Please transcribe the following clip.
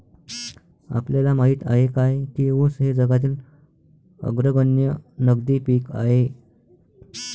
आपल्याला माहित आहे काय की ऊस हे जगातील अग्रगण्य नगदी पीक आहे?